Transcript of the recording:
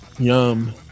Yum